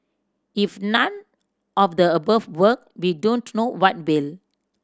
if none of the above work we don't know what will